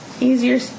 Easier